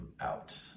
out